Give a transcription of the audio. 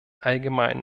allgemein